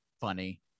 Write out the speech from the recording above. funny